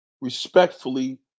respectfully